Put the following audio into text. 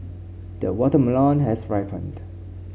the watermelon has ripened